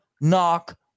knock